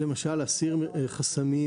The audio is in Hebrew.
למשל להסיר חסמים.